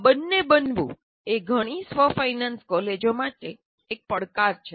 આ બંને બનવું એ ઘણી સ્વ ફાઇનાન્સ કોલેજો માટે એક પડકાર છે